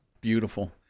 Beautiful